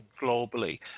globally